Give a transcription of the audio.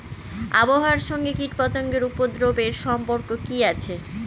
আবহাওয়ার সঙ্গে কীটপতঙ্গের উপদ্রব এর সম্পর্ক কি আছে?